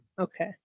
Okay